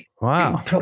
Wow